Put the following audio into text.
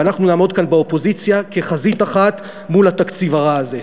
ואנחנו נעמוד כאן באופוזיציה כחזית אחת מול התקציב הרע הזה.